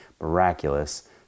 miraculous